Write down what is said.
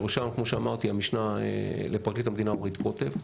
בראשם המשנה לפרקליט המדינה אורית קוטב.